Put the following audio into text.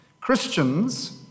Christians